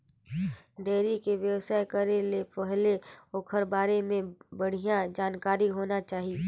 dairy के बेवसाय करे ले पहिले ओखर बारे में बड़िहा जानकारी होना चाही